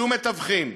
שום מתווכים.